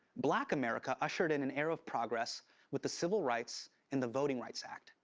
black america ushered in an era of progress with the civil rights and the voting rights act.